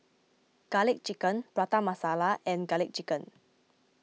Garlic Chicken Prata Masala and Garlic Chicken